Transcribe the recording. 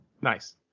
Nice